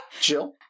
Jill